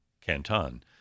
Canton